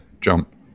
jump